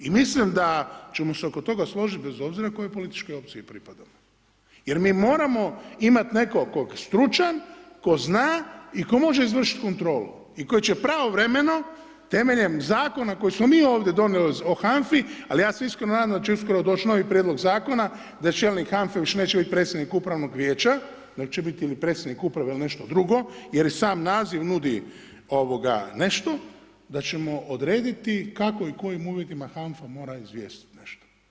I mislim da ćemo se oko toga složit, bez obzira kojoj političkoj opciji pripadamo jer mi moramo imati nekog tko je stručan, tko zna i tko može izvršiti kontrolu i tko će pravovremeno temeljem zakona koji smo mi ovdje donijeli o HANFA-i, ali ja se iskreno nadam da će uskoro doći novi prijedlog zakona, da čelnik HANFA-e više neće bit predsjednik upravnog vijeća, nego će biti ili predsjednik uprave ili nešto drugo jer i sam naziv nudi nešto da ćemo odrediti kako i kojim uvjetima HANFA mora izvijestiti nas.